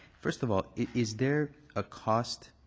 first of all, is there a cost